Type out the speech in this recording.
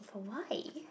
but why